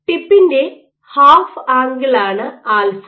ടിപ്പിൻറെ half ആങ്കിളാണ് alpha